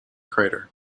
crater